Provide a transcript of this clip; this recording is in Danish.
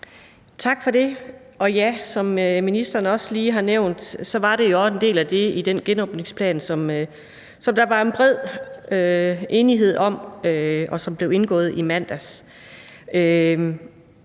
Tak for det. Ja, som ministeren også lige har nævnt, var det jo også en del af den genåbningsplan, som der var en bred enighed om, og som blev indgået i mandags.